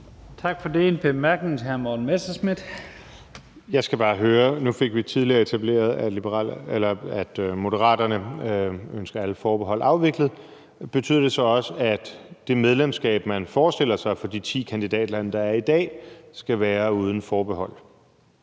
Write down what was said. Messerschmidt. Kl. 17:11 Morten Messerschmidt (DF): Jeg skal bare høre noget. Nu fik vi tidligere etableret, at Moderaterne ønsker alle forbehold afviklet. Betyder det så også, at det medlemskab, man forestiller sig for de ti kandidatlande, der er i dag, skal være uden forbehold?